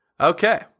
Okay